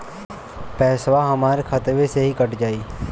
पेसावा हमरा खतवे से ही कट जाई?